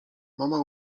mama